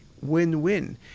win-win